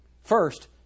First